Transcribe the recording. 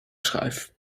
schuif